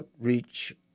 outreach